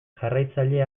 jarraitzaile